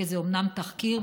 כי זה אומנם תחקיר,